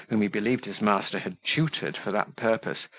whom he believed his master had tutored for that purpose,